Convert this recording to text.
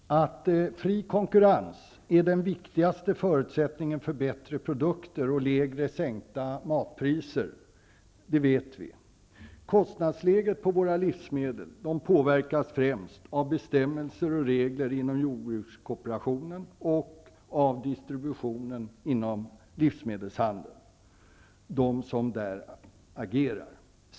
Fru talman! Vi vet att fri konkurrens är den viktigaste förutsättningen för bättre produkter och sänkta matpriser. Kostnadsläget på våra livsmedel påverkas främst av bestämmelser och regler inom jordbrukskooperationen -- och av distributionen inom livsmedelshandeln, dvs. de som agerar där.